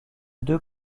deux